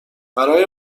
برای